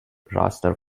raster